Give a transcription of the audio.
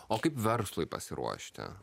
o kaip verslui pasiruošti